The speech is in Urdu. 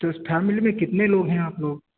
تو اس پھیملی میں کتنے لوگ ہیں آپ لوگ